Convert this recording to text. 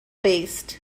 based